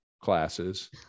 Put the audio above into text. classes